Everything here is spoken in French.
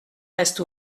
reste